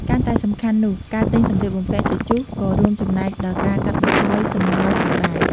កាន់តែសំខាន់នោះ ការទិញសម្លៀកបំពាក់ជជុះក៏រួមចំណែកដល់ការកាត់បន្ថយសំណល់ផងដែរ។